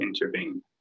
intervene